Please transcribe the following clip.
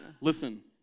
listen